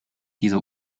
dieser